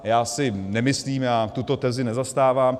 Já si nemyslím, já tuto tezi nezastávám.